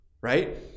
right